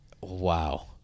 Wow